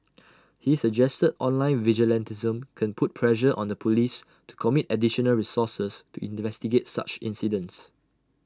he suggested online vigilantism can put pressure on the Police to commit additional resources to investigate such incidents